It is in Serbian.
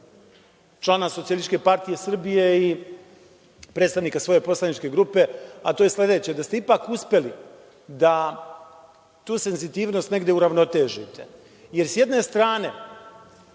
člana SPS i predstavnika svoje poslaničke grupe, a to je sledeće – da ste ipak uspeli da tu senzitivnost negde uravnotežite. Jer, s jedne strane,